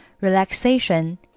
relaxation